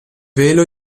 velo